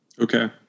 okay